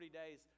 days